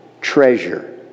treasure